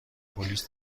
پلیس